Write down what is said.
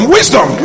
Wisdom